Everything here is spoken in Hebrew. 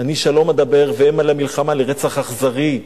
אני שלום אדבר והמה למלחמה, לרצח אכזרי.